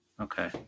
Okay